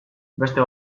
beste